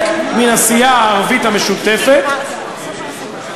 מן הסיעה הערבית המשותפת מתעקש,